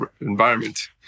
environment